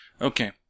Okay